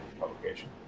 publication